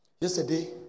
Yesterday